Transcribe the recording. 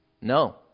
No